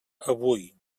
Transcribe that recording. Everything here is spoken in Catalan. avui